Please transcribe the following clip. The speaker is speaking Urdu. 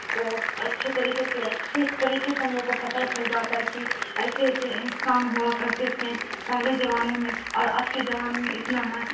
کو اچھے طریقے سے اچھے طریقے سے ہم لوگوں کو پتہ چل جاتا ہے کہ ایسے ایسے انسان ہوا کرتے تھے پہلے زمانے میں اور آپ کے زمانے میں اتنا ہے